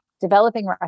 developing